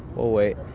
we'll wait